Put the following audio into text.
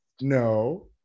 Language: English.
No